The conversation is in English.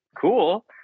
Cool